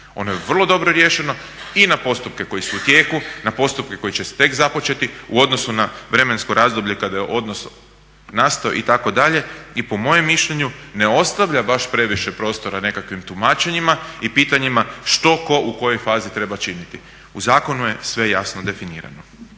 Ono je vrlo dobro riješeno i na postupke koji su u tijeku, na postupke koji će tek započeti u odnosu na vremensko razdoblje kada je odnos nastao itd. i po mojem mišljenju ne ostavlja baš previše prostora nekakvim tumačenjima i pitanjima što tko u kojoj fazi treba činiti. U zakonu je sve jasno definirano.